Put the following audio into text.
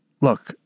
look